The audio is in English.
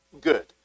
good